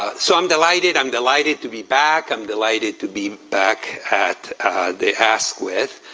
ah so i'm delighted. i'm delighted to be back. i'm delighted to be back at the askwith.